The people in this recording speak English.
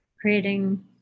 creating